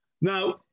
Now